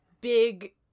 big